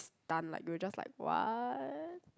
stunned like you were just like !what!